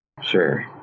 Sure